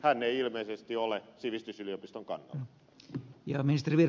hän ei ilmeisesti ole sivistysyliopiston kannalla ja ministeriö